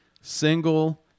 single